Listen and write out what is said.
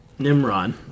Nimrod